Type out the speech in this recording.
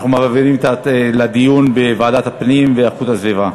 אנחנו מעבירים את הצעת החוק לדיון בוועדת הפנים והגנת הסביבה.